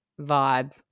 vibe